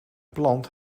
plant